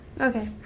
Okay